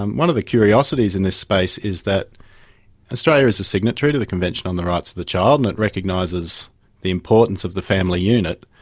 um one of the curiosities in this space is that australia is a signatory to the convention on the rights of the child and it recognises the importance of the family unit.